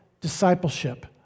discipleship